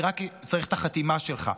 אני רק צריך את החתימה שלך,